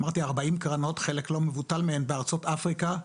אמרתי 40 קרנות, חלק לא מבוטל מהם בארצות אפריקה,